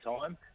time